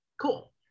Cool